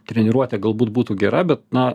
treniruotė galbūt būtų gera bet na